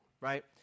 right